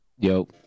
Yo